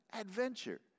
adventure